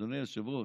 אדוני היושב-ראש,